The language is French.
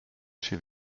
chez